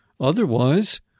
Otherwise